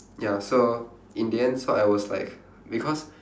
ya so in the end so I was like because